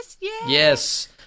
Yes